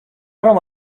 didn’t